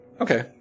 okay